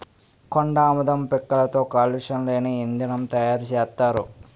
కొండాముదం పిక్కలతో కాలుష్యం లేని ఇంధనం తయారు సేత్తారు